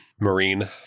Marine